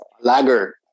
Lager